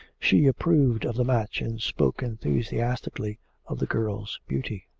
she approved of the match, and spoke enthusiastically of the girl's beauty.